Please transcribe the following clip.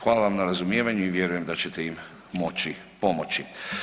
Hvala vam na razumijevanju i vjerujem da ćete im moći pomoći.